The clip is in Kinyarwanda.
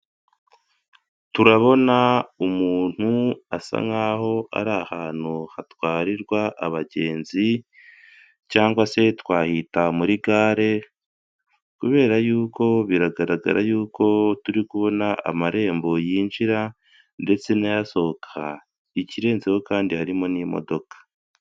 Umuntu asa nkaho ari ahantu hatwarirwa abagenzi cyangwa se twahita muri gare kubera yuko ari ho haparikwa imodoka nyishi hari kandi n'amarembo yinjira ndetse n'asohoka, ikirenzeho kandi harimo n'imodoka.